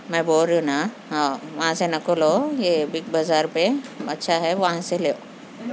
میں بول رہی ہوں نا ہاں وہاں سے نکو لو یہ بگ بازار پہ اچھا ہے وہاں سے لیو